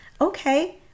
okay